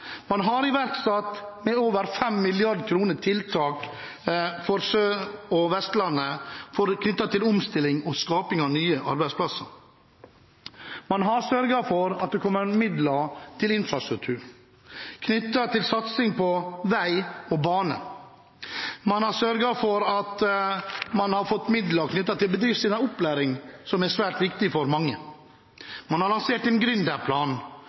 Man har iverksatt tiltak for over 5 mrd. kr på Sør- og Vestlandet knyttet til omstilling og det å skape nye arbeidsplasser. Man har sørget for at det kommer midler til infrastruktur, til satsing på vei og bane. Man har sørget for at man har fått midler til bedriftsopplæring, som er svært viktig for mange. Man har lansert en